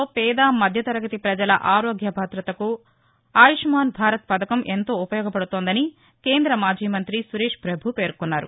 దేశంలో పేద మధ్య తరగతి పజల ఆరోగ్య భదతకు ఆయుష్మాన్ భారత్ పథకం ఎంతో ఉపయోగపడుతోందని కేంద్ర మాజీ మంతి సురేష్ పభు పేర్కొన్నారు